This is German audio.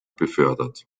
befördert